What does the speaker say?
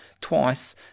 twice